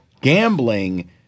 Gambling